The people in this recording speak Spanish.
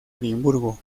edimburgo